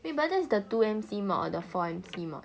wait but that is the two M_C module or the four M_C module